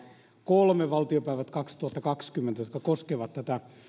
kolme kautta kaksituhattakaksikymmentä valtiopäivät jotka koskevat tätä